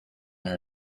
her